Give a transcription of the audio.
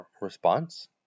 response